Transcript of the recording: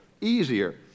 easier